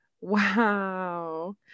wow